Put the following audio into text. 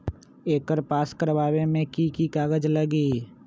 एकर पास करवावे मे की की कागज लगी?